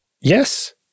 Yes